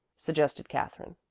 suggested katherine.